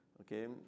okay